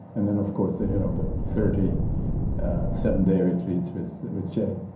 and then of course you know the thirty seven-day retreats with.